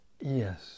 Yes